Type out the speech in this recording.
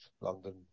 London